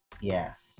yes